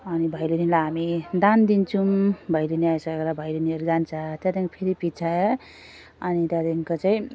अनि भैलेनीलाई हामी दान दिन्छौँ भैलेनी आइसकेर भैलेनीहरू जान्छ त्यहाँदेखि फेरि पछि अनि त्यहाँदेखिको चाहिँ